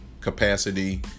capacity